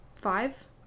Five